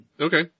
okay